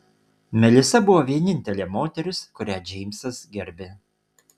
melisa buvo vienintelė moteris kurią džeimsas gerbė